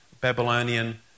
Babylonian